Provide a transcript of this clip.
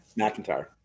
McIntyre